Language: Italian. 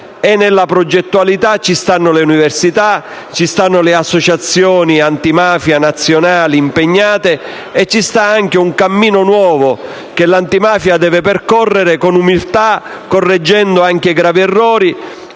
tale progettualità rientrano le università, le associazioni nazionali antimafia impegnate ed un cammino nuovo che l'antimafia deve percorrere con umiltà, correggendo anche gravi errori